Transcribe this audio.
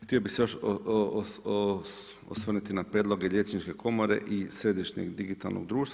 Htio bih se još osvrnuti na prijedloge liječničke komore i Središnjeg digitalnog društva.